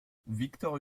victor